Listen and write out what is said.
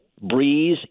Breeze